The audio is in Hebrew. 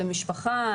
למשפחה,